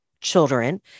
children